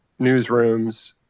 newsrooms